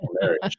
marriage